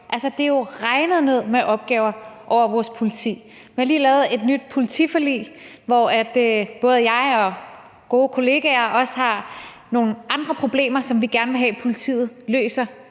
det er jo regnet ned med opgaver over vores politi, og man har lige lavet et nyt politiforlig, hvor både jeg og gode kollegaer også har nogle andre problemer, som vi gerne vil have at politiet løser